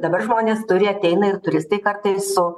dabar žmonės turi ateina ir turistai kartais su